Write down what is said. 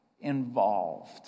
involved